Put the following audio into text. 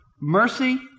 mercy